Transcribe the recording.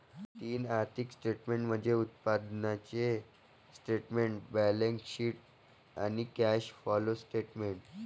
तीन आर्थिक स्टेटमेंट्स म्हणजे उत्पन्नाचे स्टेटमेंट, बॅलन्सशीट आणि कॅश फ्लो स्टेटमेंट